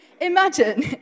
imagine